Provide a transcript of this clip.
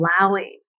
allowing